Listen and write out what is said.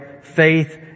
Faith